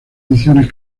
ediciones